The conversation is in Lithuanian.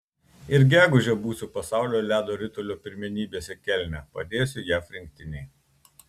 ir gegužę būsiu pasaulio ledo ritulio pirmenybėse kelne padėsiu jav rinktinei